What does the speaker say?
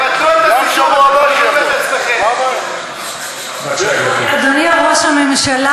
גם בשבוע הבא שיבוא, למה, אדוני ראש הממשלה,